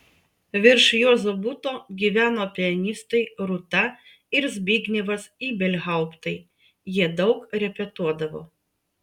virš juozo buto gyveno pianistai rūta ir zbignevas ibelhauptai jie daug repetuodavo